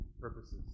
purposes